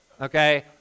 okay